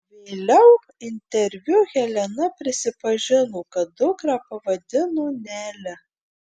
vėliau interviu helena prisipažino kad dukrą pavadino nele